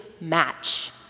match